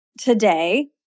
today